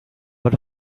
but